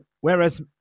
whereas